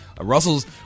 Russell's